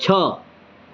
છ